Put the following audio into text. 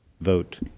vote